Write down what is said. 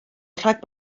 rhag